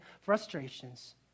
frustrations